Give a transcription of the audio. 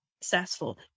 successful